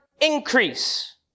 increase